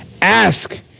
ask